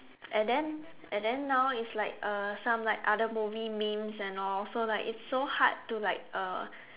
and then and then now it's like uh some like other movie memes and all so like it's so hard to like uh